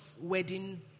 wedding